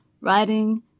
writing